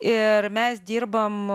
ir mes dirbam